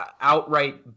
outright